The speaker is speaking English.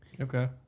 Okay